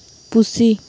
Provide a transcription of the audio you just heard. ᱯᱩᱥᱤ